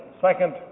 second